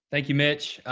thank you, mitch.